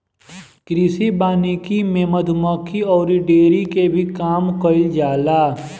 कृषि वानिकी में मधुमक्खी अउरी डेयरी के भी काम कईल जाला